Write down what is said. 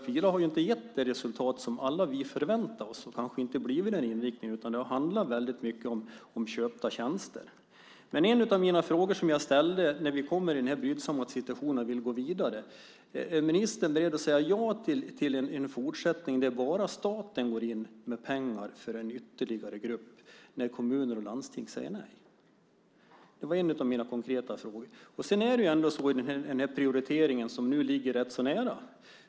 Pila har ju inte gett det resultat som alla vi förväntade oss. Det har inte blivit den inriktningen, utan det har handlat mycket om köpta tjänster. Jag ställde några frågor. När vi kommer i den här brydsamma situationen och vill gå vidare - är ministern då beredd att säga ja till en fortsättning där bara staten går in med pengar för en ytterligare grupp när kommuner och landsting säger nej? Det var en av mina konkreta frågor. Nu ligger prioriteringen rätt så nära.